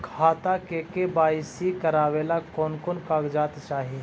खाता के के.वाई.सी करावेला कौन कौन कागजात चाही?